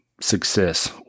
success